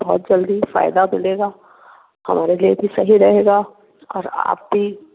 बहुत जल्दी फ़ायदा मिलेगा हमारा लिए भी सही रहेगा और आप भी